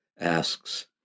asks